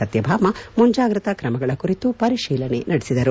ಸತ್ತಭಾಮಾ ಮುಂಜಾಗ್ರತಾ ತ್ರಮಗಳ ಕುರಿತು ಪರಿಶೀಲನೆ ನಡೆಸಿದರು